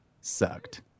sucked